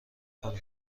کنم